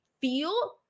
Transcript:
feel